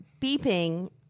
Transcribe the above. beeping